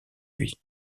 lui